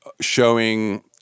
showing